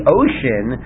ocean